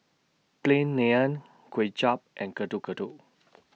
Plain Naan Kuay Chap and Getuk Getuk